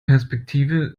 perspektive